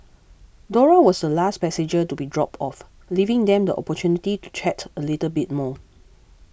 Dora was the last passenger to be dropped off leaving them the opportunity to chat a little bit more